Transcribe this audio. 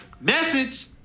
Message